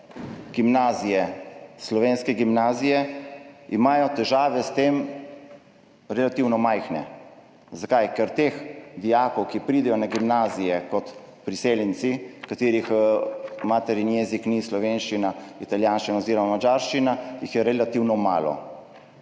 podajajo slovenske gimnazije, imajo s tem relativno majhne težave. Zakaj? Ker je teh dijakov, ki pridejo na gimnazije kot priseljenci, katerih materni jezik ni slovenščina, italijanščina oziroma madžarščina, relativno malo.